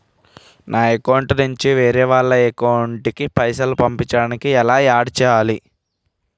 నా అకౌంట్ నుంచి వేరే వాళ్ల అకౌంట్ కి పైసలు పంపించడానికి ఎలా ఆడ్ చేయాలి?